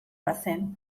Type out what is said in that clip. bazen